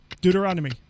Deuteronomy